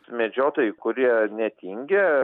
medžiotojai kurie netingi